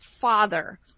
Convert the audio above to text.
Father